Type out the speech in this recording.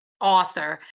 author